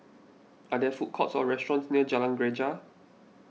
are there food courts or restaurants near Jalan Greja